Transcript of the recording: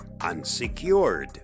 unsecured